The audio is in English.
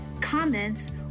comments